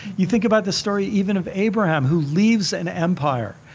you think about the story even of abraham who leaves an empire